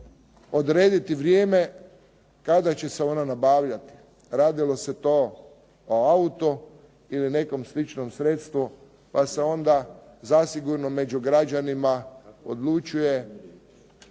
odrediti vrijeme kada će se ona nabavljati. Radilo se to o autu i nekom sličnom sredstvu pa se onda zasigurno među građanima odlučuje